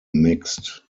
mixed